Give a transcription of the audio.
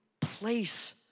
place